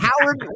Howard